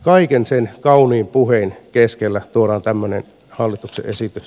kaiken sen kauniin puheen keskellä tuodaan tämmöinen hallituksen esitys